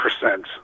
percent